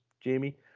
Jamie